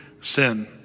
sin